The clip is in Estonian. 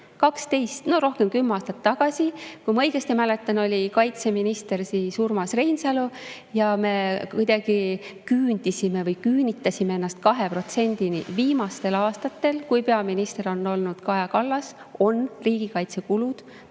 12, no rohkem kui kümme aastat tagasi. Kui ma õigesti mäletan, oli siis kaitseminister Urmas Reinsalu, ja me kuidagi küündisime või küünitasime ennast 2%‑ni. Viimaste aastatel, kui peaminister on olnud Kaja Kallas, on riigikaitsekulud